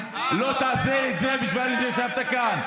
לא תעשה את זה בזמן שישבת כאן.